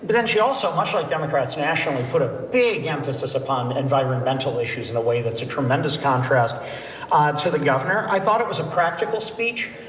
but actually also much like democrats nationally put a big emphasis upon environmental issues in a way that's a tremendous contrast to the governor. i thought it was a practical speech.